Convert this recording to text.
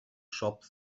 shop